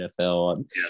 NFL